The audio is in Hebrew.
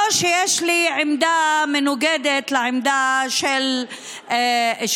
לא שיש לי עמדה מנוגדת לעמדה שלה,